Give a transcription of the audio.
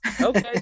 Okay